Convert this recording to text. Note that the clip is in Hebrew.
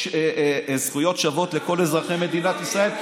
זכויות שוות לכל אזרחי מדינת ישראל,